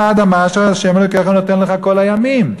האדמה אשר ה' אלהיך נותן לך כל הימים".